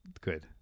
Good